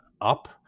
up